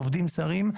עובדים זרים,